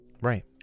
Right